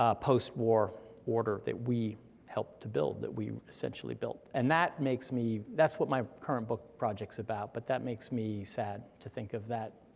ah post-war order that we helped to build, that we essentially built, and that makes me, that's what my current book project's about, but that makes me sad to think of that.